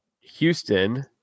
Houston